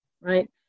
Right